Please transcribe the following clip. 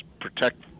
protect